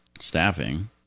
staffing